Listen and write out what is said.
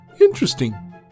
Interesting